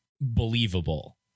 believable